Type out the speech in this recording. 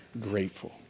grateful